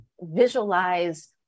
visualize